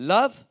Love